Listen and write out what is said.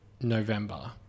November